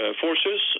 forces